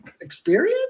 Experience